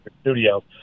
studio